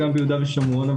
גם ביהודה ושומרון.